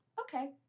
Okay